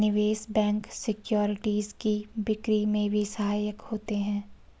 निवेश bank securities की बिक्री में भी सहायक होते हैं